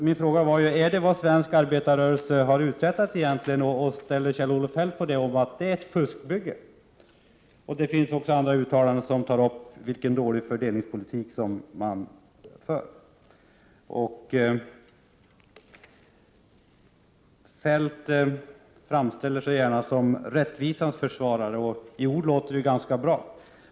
Min fråga var: Är det vad svensk arbetarrörelse har uträttat egentligen — och håller Kjell-Olof Feldt med om att det är ett fuskbygge? Det har också gjorts andra uttalanden där man tar upp vilken dålig fördelningspolitik det är som förs. Kjell-Olof Feldt framställer sig gärna som rättvisans försvarare, och i ord låter det ju ganska bra.